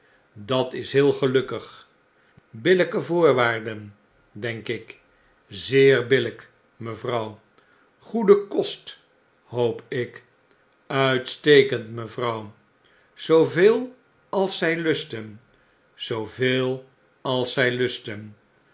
dat is heel gelukkigl billflkevoorwaarden denk ik zeer billijk mevrouw goede kost hoop ik uitstekend mevrouw zooveel als zij lusten zooveel als zjj lusten